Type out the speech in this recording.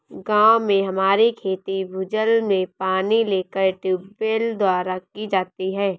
गांव में हमारी खेती भूजल से पानी लेकर ट्यूबवेल द्वारा की जाती है